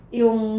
yung